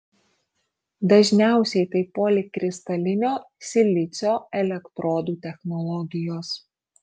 dažniausiai tai polikristalinio silicio elektrodų technologijos